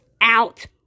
out